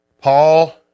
Paul